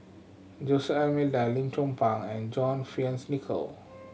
Jose Almeida Lim Chong Pang and John Fearns Nicoll